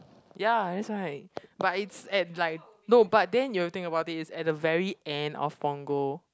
ya that's why but it's at like no but then you think about it's at the very end of punggol